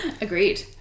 Agreed